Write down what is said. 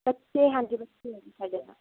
ਬੱਚੇ ਹਾਂਜੀ ਬੱਚੇ ਹੈ ਜੀ ਸਾਡੇ ਨਾਲ